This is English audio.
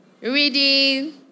reading